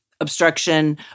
Obstruction